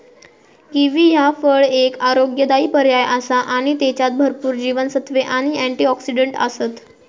kiwi ह्या फळ एक आरोग्यदायी पर्याय आसा आणि त्येच्यात भरपूर जीवनसत्त्वे आणि अँटिऑक्सिडंट आसत